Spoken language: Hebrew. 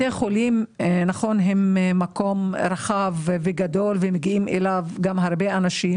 נכון שבתי החולים הם מקום רחב וגדול שמגיעים הרבה אנשים,